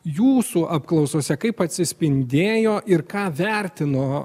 jūsų apklausose kaip atsispindėjo ir ką vertino